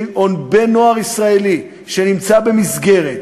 או בן-נוער ישראלי, שנמצא במסגרת